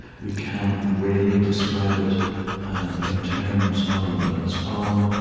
we can't really describe it in terms other than its own.